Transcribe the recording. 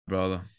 brother